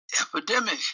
epidemic